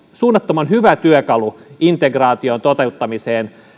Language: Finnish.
suunnattoman hyvä työkalu integraation toteuttamiseen